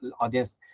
audience